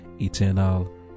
eternal